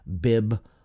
bib